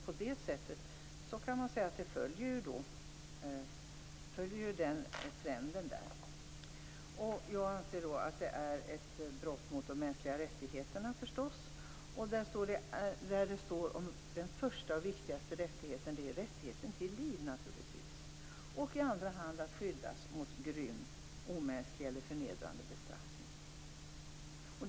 På det sättet kan man säga att den trenden följs. Jag anser att det är ett brott mot de mänskliga rättigheterna. Där står det att den första och viktigaste rättigheten är rättigheten till liv. I andra hand skall man skyddas mot grym, omänsklig eller förnedrande bestraffning.